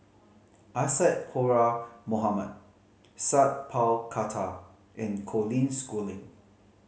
Isadhora Mohamed Sat Pal Khattar and Colin Schooling